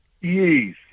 Yes